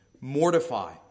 Mortify